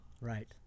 Right